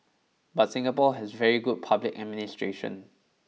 but Singapore has very good public administration